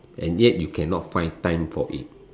and yet you cannot find time for it